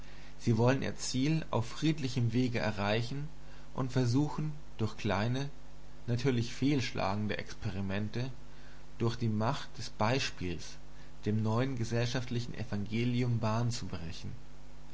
sie wollen ihr ziel auf friedlichem wege erreichen und versuchen durch kleine natürlich fehlschlagende experimente durch die macht des beispiels dem neuen gesellschaftlichen evangelium bahn zu brechen